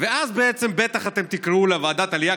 ואז בעצם בטח אתם תקראו לה ועדת העלייה,